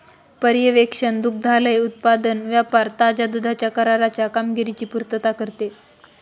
पर्यवेक्षण दुग्धालय उत्पादन व्यापार ताज्या दुधाच्या कराराच्या कामगिरीची पुर्तता करते